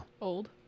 Old